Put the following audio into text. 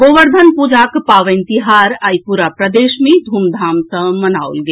गोवर्धन पूजाक पावनि तिहार आइ पूरा प्रदेश मे धूमधाम सॅ मनाओल गेल